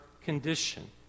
condition